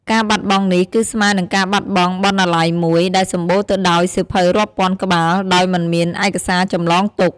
ការបាត់បង់នេះ គឺស្មើនឹងការបាត់បង់បណ្ណាល័យមួយ ដែលសម្បូរទៅដោយសៀវភៅរាប់ពាន់ក្បាល ដោយមិនមានឯកសារចម្លងទុក។